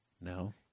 No